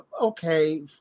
okay